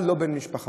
אבל לא בן משפחה.